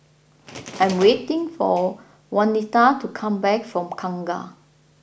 I am waiting for Waneta to come back from Kangkar